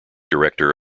director